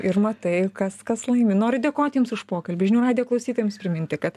ir matai kas kas laimi noriu dėkoti jums už pokalbį žinių radijo klausytojams priminti kad